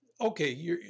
okay